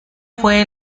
fue